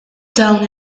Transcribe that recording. dawn